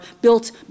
built